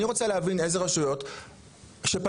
אז אני רוצה להבין לאילו רשויות מהרשויות שאליהן